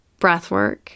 breathwork